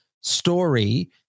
story